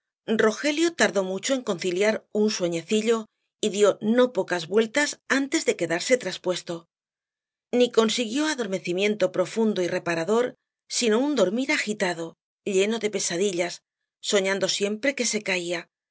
rogelio tardó mucho en conciliar un sueñecillo y dió no pocas vueltas antes de quedarse traspuesto ni consiguió adormecimiento profundo y reparador sino un dormir agitado lleno de pesadillas soñando siempre que se caía